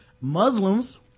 muslims